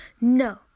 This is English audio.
no